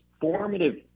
formative